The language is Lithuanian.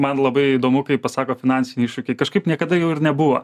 man labai įdomu kai pasako finansiniai iššūkiai kažkaip niekada jų ir nebuvo